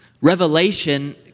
Revelation